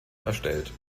erstellt